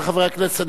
רבותי חברי הכנסת,